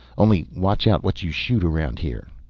only watch out what you shoot around here.